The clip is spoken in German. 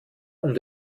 und